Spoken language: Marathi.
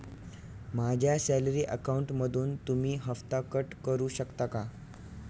माझ्या सॅलरी अकाउंटमधून तुम्ही हफ्ता कट करू शकता का?